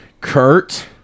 Kurt